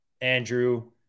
Andrew